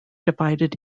divided